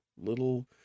little